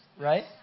right